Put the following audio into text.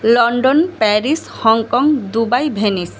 London Paris Hong Kong Dubai Venice